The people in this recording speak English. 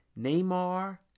Neymar